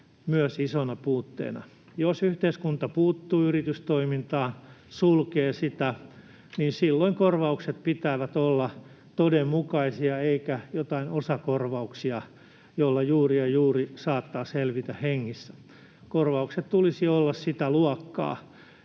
myös isona puutteena. Jos yhteiskunta puuttuu yritystoimintaan, sulkee sitä, niin silloin korvausten pitää olla todenmukaisia eikä jotain osakorvauksia, joilla juuri ja juuri saattaa selvitä hengissä. Korvausten tulisi olla sitä luokkaa,